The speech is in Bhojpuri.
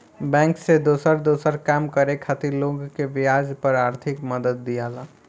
बैंक से दोसर दोसर काम करे खातिर लोग के ब्याज पर आर्थिक मदद दियाला